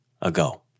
ago